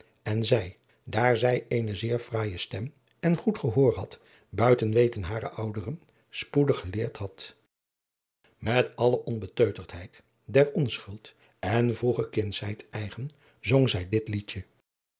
en zij daar zij eene zeer fraaije stem en goed gehoor had buiten weten harer ouderen spoedig geleerd had met alle onbeteuterdheid der onschuld en vroege kindschheid eigen zong zij dit liedje